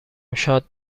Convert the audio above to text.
شاد